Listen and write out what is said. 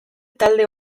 talde